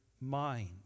mind